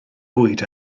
bwyd